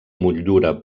motllura